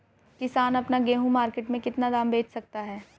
किसान अपना गेहूँ मार्केट में कितने दाम में बेच सकता है?